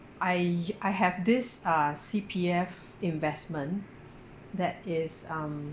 I I have this uh C_P_F investment that is um